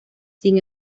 sin